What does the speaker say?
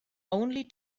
only